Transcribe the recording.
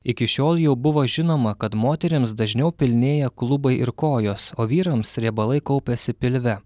iki šiol jau buvo žinoma kad moterims dažniau pilnėja klubai ir kojos o vyrams riebalai kaupiasi pilve